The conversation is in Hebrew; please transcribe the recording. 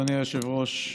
אדוני היושב-ראש,